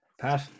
Pat